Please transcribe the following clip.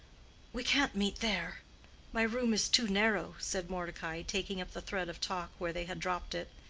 we can't meet there my room is too narrow, said mordecai, taking up the thread of talk where they had dropped it.